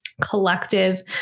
collective